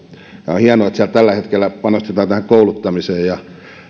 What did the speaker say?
on hienoa että siellä tällä hetkellä panostetaan kouluttamiseen ja